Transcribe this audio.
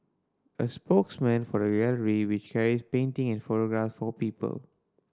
a spokesman for the gallery which carries painting and photographs for people